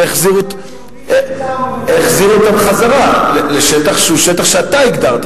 והחזירו אותם חזרה לשטח שהוא שטח שאתה הגדרת,